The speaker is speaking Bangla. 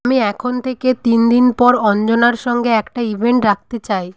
আমি এখন থেকে তিন দিন পর অঞ্জনার সঙ্গে একটা ইভেন্ট রাখতে চাই